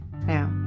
Now